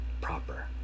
proper